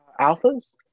alphas